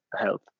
health